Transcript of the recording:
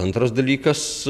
antras dalykas